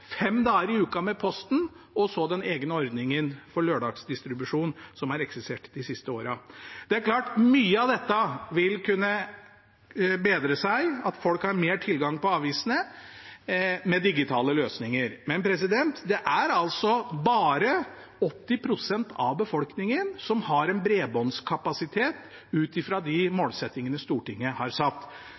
fem dager i uka med Posten, og så den egne ordningen for lørdagsdistribusjon som har eksistert de siste årene. Mye av dette vil kunne bedre seg ved at folk har mer tilgang på avisene med digitale løsninger, men det er altså bare 80 pst. av befolkningen som har en bredbåndskapasitet ut fra de målsettingene Stortinget har satt